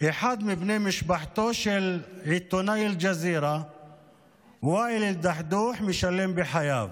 אחד מבני משפחתו של עיתונאי אל-ג'זירה ואאל א-דחדוח משלם בחייו.